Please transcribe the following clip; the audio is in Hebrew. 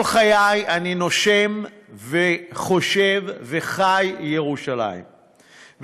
כל חיי אני נושם וחושב וחי ירושלים.